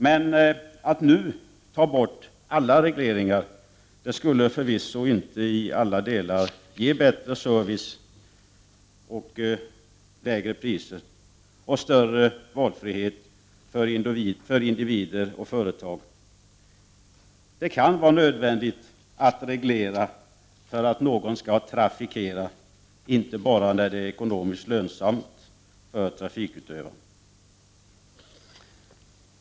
Men att nu ta bort alla regleringar skulle förvisso inte i alla delar ge bättre service, lägre priser och större valfrihet för individer och företag. Det kan vara nödvändigt att reglera för att någon skall trafikera — och inte trafikera bara när det är ekonomiskt lönsamt för trafikutövaren.